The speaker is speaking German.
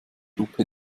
lupe